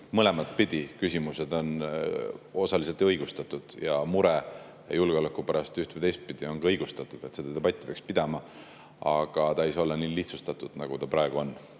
mõlematpidi küsimused on osaliselt õigustatud. Mure julgeoleku pärast üht- või teistpidi on ka õigustatud. Seda debatti peaks pidama, aga see ei saa olla nii lihtsustatud, nagu ta praegu on.